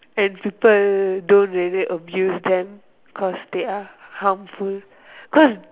and people don't really abuse them because they are harmful cause